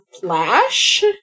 flash